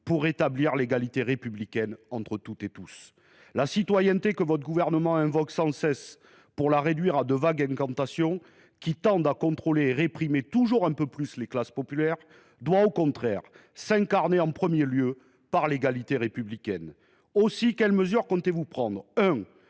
pour rétablir l’égalité républicaine entre toutes et tous. La citoyenneté, que votre gouvernement invoque sans cesse, mais qu’il réduit à de vagues incantations qui tendent à contrôler et réprimer toujours un peu plus les classes populaires, doit au contraire s’incarner par l’égalité républicaine. Aussi, quelles mesures comptez vous prendre